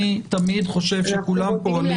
אנחנו מודים לאדוני.